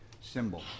symbol